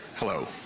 hello.